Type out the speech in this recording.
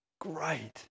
great